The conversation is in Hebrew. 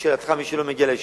לשאלתך, מי שלא מגיע לישיבה,